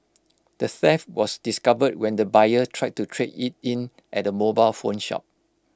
the theft was discovered when the buyer tried to trade IT in at A mobile phone shop